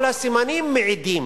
כל הסימנים מעידים